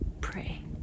pray